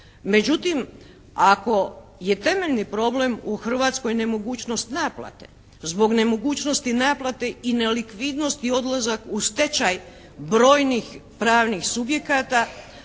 Međutim, ako je temeljni problem u Hrvatskoj nemogućnost naplate, zbog nemogućnosti naplate i nelikvidnosti odlazak u stečaj brojnih pravnih subjekata